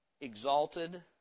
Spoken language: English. Exalted